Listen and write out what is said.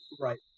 Right